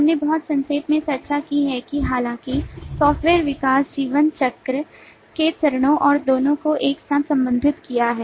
हमने बहुत संक्षेप में चर्चा की है हालांकि सॉफ्टवेयर विकास जीवनचक्र के चरणों और दोनों को एक साथ संबंधित किया है